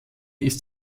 ist